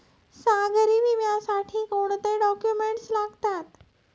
सागरी विम्यासाठी कोणते डॉक्युमेंट्स लागतात?